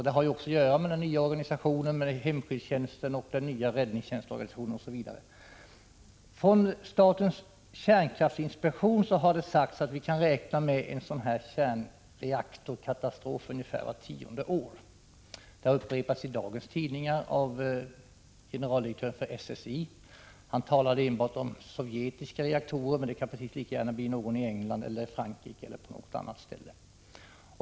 Det har att göra med den nya organisationen av hemskyddstjänsten, den nya räddningstjänstorganisationen, osv. Från statens kärnkraftinspektion har det sagts att vi kan räkna med en kärnreaktorkatastrof ungefär vart tionde år. Det upprepas i dagens tidningar av generaldirektören för SSI. Han talar enbart om sovjetiska reaktorer, men det kan precis lika gärna bli någon i England, Frankrike eller någon annanstans.